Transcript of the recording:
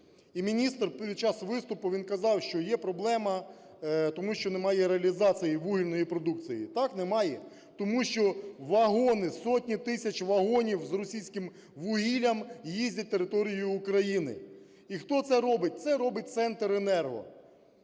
міністр під час виступу він казав, що є проблема, тому що немає реалізації вугільної продукції. Так, немає, тому що вагони, сотні тисяч вагонів з російським вугіллям їздять територією України. І хто це робить? Це робить "Центренерго".